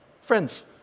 Friends